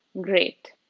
great